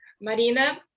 Marina